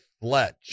Fletch